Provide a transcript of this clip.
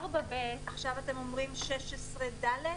עכשיו אתם אומרים שזה 16(ד)?